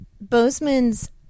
Bozeman's